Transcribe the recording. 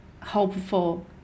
hopeful